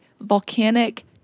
volcanic